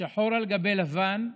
שחור על גבי לבן,